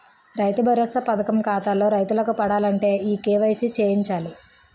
రైతు భరోసా పథకం ఖాతాల్లో రైతులకు పడాలంటే ఈ కేవైసీ చేయించాలి